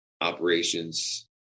operations